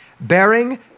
bearing